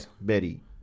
Betty